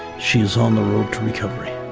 she is on the road to recovery.